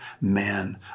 man